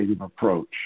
approach